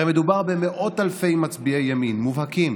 הרי מדובר במאות אלפי מצביעי ימין מובהקים